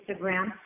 Instagram